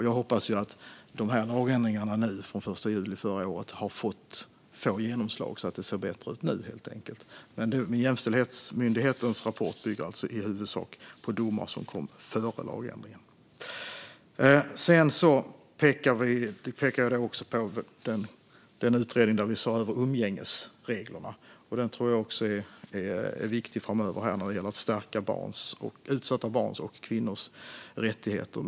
Jag hoppas lagändringarna från den 1 juli förra året får genomslag, så att det nu ser bättre ut helt enkelt. Jämställdhetsmyndighetens rapport bygger i huvudsak på domar som kom före lagändringen. Jag pekar också på den utredning där vi såg över umgängesreglerna. Den frågan är viktig framöver när det gäller att stärka utsatta barns och kvinnors rättigheter.